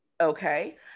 okay